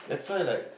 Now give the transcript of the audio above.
that's why like